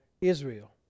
Israel